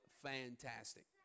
fantastic